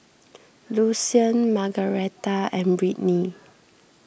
Lucien Margaretha and Brittney